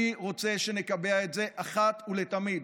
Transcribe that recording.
אני רוצה שנקבע את זה אחת ולתמיד,